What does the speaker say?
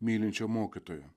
mylinčio mokytojo